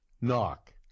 Knock